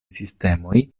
sistemoj